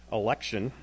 election